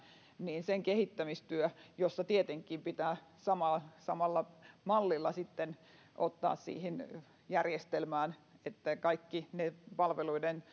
kehittämistyö jossa tietenkin pitää samalla mallilla sitten ottaa siihen järjestelmään kaikki ne palveluiden